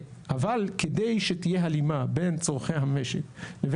כדי שתהיה הלימה בין צרכי המשק לבין